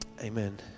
Amen